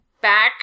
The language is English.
back